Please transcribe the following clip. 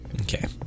Okay